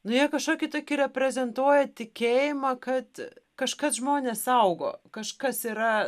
nu jie kažkokį tokį reprezentuoja tikėjimą kad kažkas žmones saugo kažkas yra